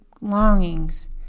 longings